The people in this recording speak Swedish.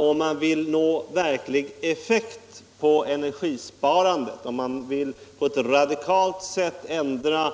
Om man vill nå verklig effekt när det gäller energisparande, om man på ett radikalt sätt vill ändra